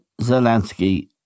Zelensky